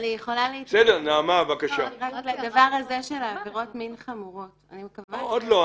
אני רוצה להתייחס לעניין של עבירות מין חמורות --- לא,